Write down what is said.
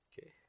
Okay